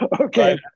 okay